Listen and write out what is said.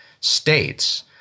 states